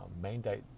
mandate